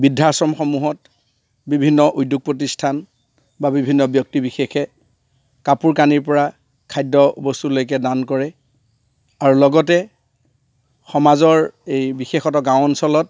বৃদ্ধাশ্ৰমসমূহত বিভিন্ন উদ্যোগ প্ৰতিষ্ঠান বা বিভিন্ন ব্যক্তি বিশেষে কাপোৰ কানিৰপৰা খাদ্য বস্তুলৈকে দান কৰে আৰু লগতে সমাজৰ এই বিশেষত গাঁও অঞ্চলত